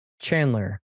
Chandler